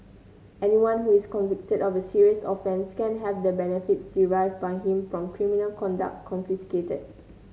anyone who is convicted of a serious offence can have the benefits derived by him from criminal conduct confiscated